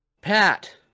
Pat